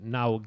now